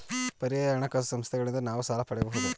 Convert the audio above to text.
ಪರ್ಯಾಯ ಹಣಕಾಸು ಸಂಸ್ಥೆಗಳಿಂದ ನಾವು ಸಾಲ ಪಡೆಯಬಹುದೇ?